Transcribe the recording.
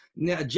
Now